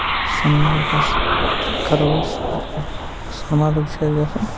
سونمَرگَس پٮ۪ٹھ کَرو أسۍ سونمَرٕگ چھُ اَسہِ گژھُن